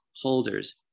holders